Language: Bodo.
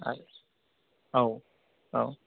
औ औ